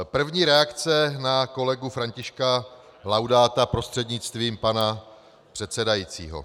První reakce na kolegu Františka Laudáta prostřednictvím pana předsedajícího.